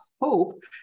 hope